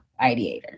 ideator